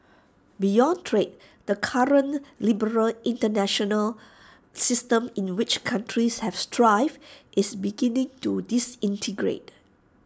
beyond trade the current liberal International system in which countries have thrived is beginning to disintegrate